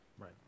Right